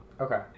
Okay